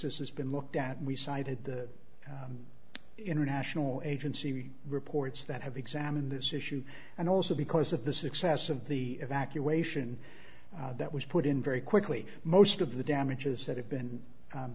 this has been looked at and we cited the international agency reports that have examined this issue and also because of the success of the evacuation that was put in very quickly most of the damages that have been